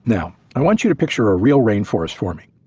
now i want you to picture a real rainforest for me,